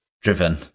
driven